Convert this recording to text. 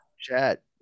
chat